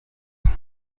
buke